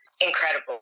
Incredible